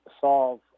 solve